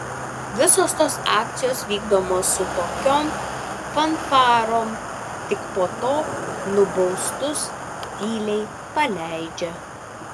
visos tos akcijos vykdomos su tokiom fanfarom tik po to nubaustus tyliai paleidžia